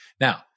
now